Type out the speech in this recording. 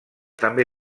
també